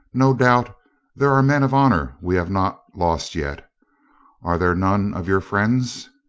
no doubt there are men of honor we have not lost yet are there none of your friends?